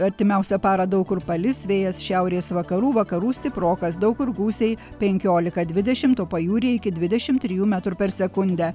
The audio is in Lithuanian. artimiausią parą daug kur palis vėjas šiaurės vakarų vakarų stiprokas daug kur gūsiai penkiolika dvidešimt pajūryje iki dvidešim trijų metrų per sekundę